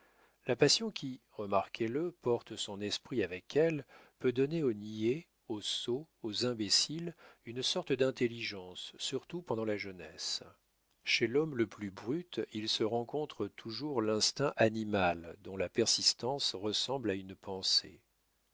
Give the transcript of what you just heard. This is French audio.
la passion qui remarquez-le porte son esprit avec elle peut donner aux niais aux sots aux imbéciles une sorte d'intelligence surtout pendant la jeunesse chez l'homme le plus brute il se rencontre toujours l'instinct animal dont la persistance ressemble à une pensée